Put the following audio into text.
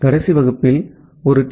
எனவே கடைசி வகுப்பில் ஒரு டி